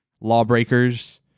Lawbreakers